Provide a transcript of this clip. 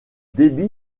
débit